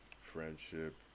friendship